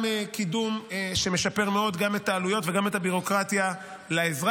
קידום שמשפר מאוד גם את העלויות וגם את הביורוקרטיה לאזרח.